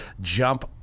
jump